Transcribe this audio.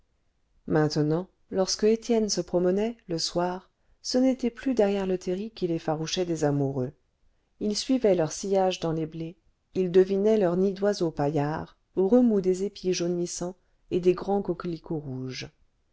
maintenant lorsque étienne se promenait le soir ce n'était plus derrière le terri qu'il effarouchait des amoureux il suivait leurs sillages dans les blés il devinait leurs nids d'oiseaux paillards aux remous des épis jaunissants et des grands coquelicots rouges